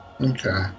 Okay